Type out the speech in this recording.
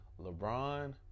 LeBron